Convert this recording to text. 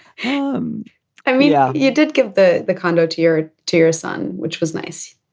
um i mean yeah you did give the the condo to your to your son which was nice.